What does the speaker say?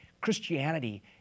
Christianity